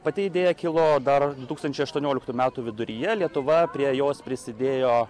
pati idėja kilo dar du tūkstančiai aštuonioliktų metų viduryje lietuva prie jos prisidėjo